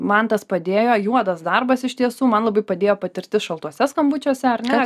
man tas padėjo juodas darbas iš tiesų man labai padėjo patirtis šaltuose skambučiuose ar ne